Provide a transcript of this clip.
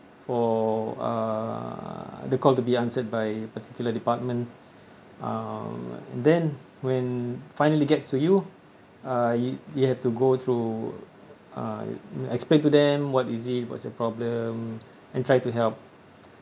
for uh the call to be answered by a particular department uh then when finally gets to you I you have to go through uh explain to them what is it what's your problem and try to help